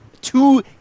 Two